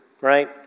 right